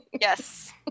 Yes